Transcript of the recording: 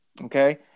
Okay